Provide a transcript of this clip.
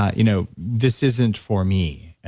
you know this isn't for me,